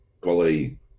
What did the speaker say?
quality